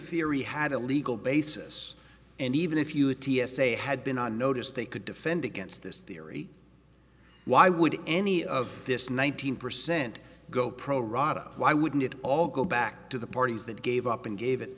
theory had a legal basis and even if you t s a had been on notice they could defend against this theory why would any of this nineteen percent go pro rata why wouldn't it all go back to the parties that gave up and gave it